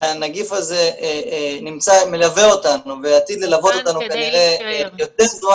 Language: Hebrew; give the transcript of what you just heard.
שהנגיף הזה מלווה אותנו ועתיד ללוות אותנו יותר זמן